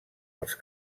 els